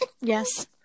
Yes